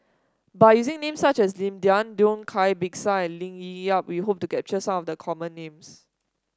by using names such as Lim Denan Denon Cai Bixia and Lee Ling Yen we hope to capture some of the common names